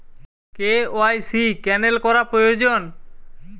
KYC cancel করা প্রয়োজন?